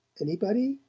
anybody?